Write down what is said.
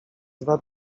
dwa